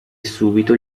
subito